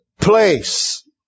place